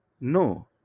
No